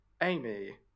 Amy